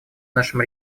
нашем